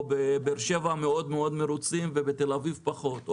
או בבאר שבע מאוד מרוצים ובתל אביב פחות,